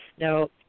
Now